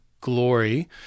glory